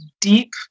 deep